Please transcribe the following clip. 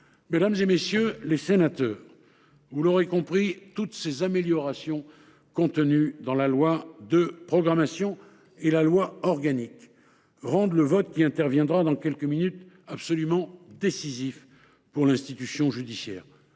Mesdames, messieurs les sénateurs, vous l’aurez compris, toutes les avancées contenues dans le projet de loi de programmation et le projet de loi organique rendent le vote qui interviendra dans quelques minutes absolument décisif pour l’institution judiciaire.